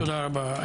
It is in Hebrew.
תודה רבה.